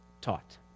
taught